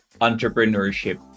entrepreneurship